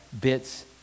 bits